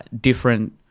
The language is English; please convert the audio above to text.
different